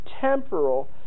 temporal